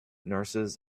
nurses